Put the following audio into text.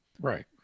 right